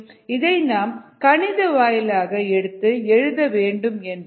இதை நாம் கணித வாயிலாக எடுத்து எழுத வேண்டுமென்றால் x2x0